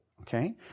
Okay